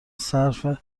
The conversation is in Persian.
صرف